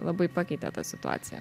labai pakeitė tą situaciją